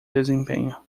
desempenho